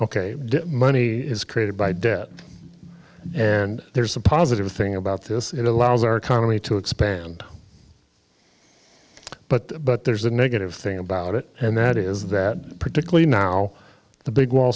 ok money is created by debt and there's a positive thing about this it allows our economy to expand but but there's a negative thing about it and that is that particularly now the big wall